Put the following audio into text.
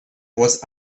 was